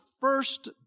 first